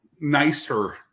nicer